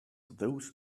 those